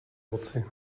moci